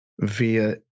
via